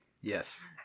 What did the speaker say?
Yes